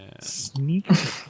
Sneaker